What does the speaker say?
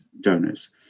donors